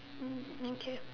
mm okay